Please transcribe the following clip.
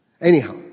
Anyhow